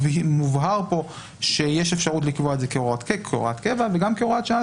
מובהר פה שיש אפשרות לקבוע את זה כהוראת קבע וגם כהוראת שעה.